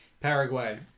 Paraguay